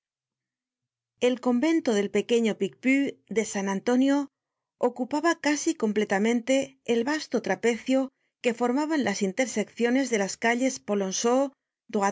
el convento del pequeño picpus de san antonio ocupaba casi completamente el vasto trapecio que formaban las intersecciones de las calles